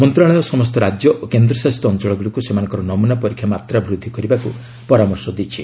ମନ୍ତ୍ରଣାଳୟ ସମସ୍ତ ରାଜ୍ୟ ଓ କେନ୍ଦ୍ରଶାସିତ ଅଞ୍ଚଳଗୁଡ଼ିକୁ ସେମାନଙ୍କର ନମୁନା ପରୀକ୍ଷା ମାତ୍ରା ବୃଦ୍ଧି କରିବାକୁ ପରାମର୍ଶ ଦେଇଛି